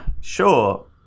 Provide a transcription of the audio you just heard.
Sure